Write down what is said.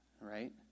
right